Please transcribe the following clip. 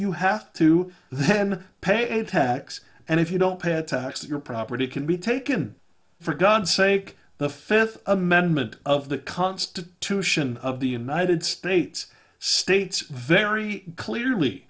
you have to then pay a tax and if you don't pay a tax your property can be taken for god's sake the fifth amendment of the constitution of the united states states very clearly